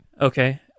Okay